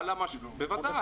בוודאי.